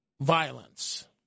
violence